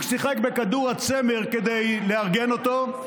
כשבדיוק הוא שיחק בכדור הצמר כדי לארגן אותו.